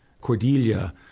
Cordelia